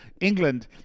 England